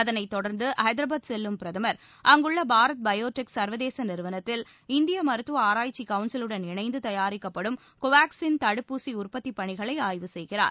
பின்ளர் ஹைதராபாத் செல்லும் பிரதமர் அங்குள்ள பாரத் பயோடெக் சர்வதேச நிறுவனத்தில் இந்திய மருத்துவ ஆராய்ச்சி கவுன்சிலுடன் இணைந்து தயாரிக்கிப்படும் கோவாக்ஸின் தடுப்பூசி உற்பத்தி பணிகளை ஆய்வு செய்கிறார்